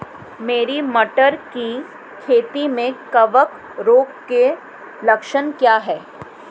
मेरी मटर की खेती में कवक रोग के लक्षण क्या हैं?